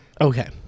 Okay